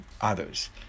others